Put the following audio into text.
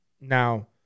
Now